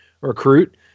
recruit